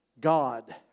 God